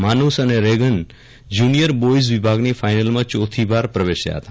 માનુષ અને Regan junior boys વિભાગની ફાઇનલમાં ચોથીવાર પ્રવેશ્યા હતા